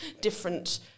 different